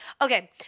Okay